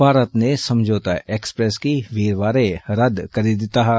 भारत नै समझोता एक्सफ्रेस गी वीरवारें रद्द करी दिता हा